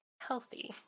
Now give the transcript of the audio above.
healthy